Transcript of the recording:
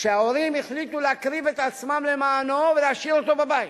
שההורים החליטו להקריב את עצמם למענו ולהשאיר אותו בבית.